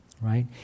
right